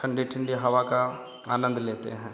ठंडी ठंडी हवा का आनंद लेते हैं